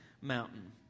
mountain